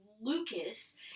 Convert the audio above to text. Lucas